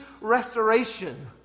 restoration